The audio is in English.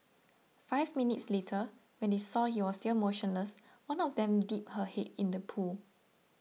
five minutes later when they saw he was still motionless one of them dipped her in the pool